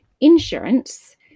insurance